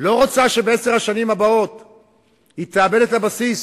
לא רוצה שבעשר השנים הבאות היא תאבד את הבסיס